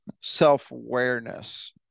self-awareness